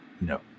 No